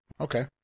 okay